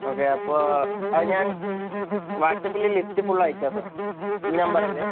okay അപ്പൊൾ അത് ഞാൻ വാട്സാപ്പില് ലിസ്റ്റ് ഫുൾ അയക്കാം സർ ഈ നമ്പറല്ലേ